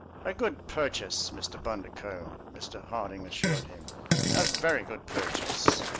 a good purchase, mr. bundercombe, mr. harding assured him a very good purchase!